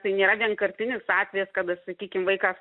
tai nėra vienkartinis atvejis kada sakykim vaikas